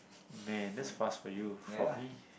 man that's fast for you for me